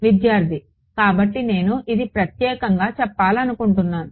విద్యార్థి కాబట్టి నేను ఇది ప్రత్యేకంగా చెప్పాలనుకుంటున్నాను